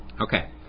Okay